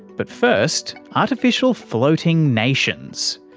but first, artificial floating nations.